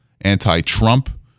anti-Trump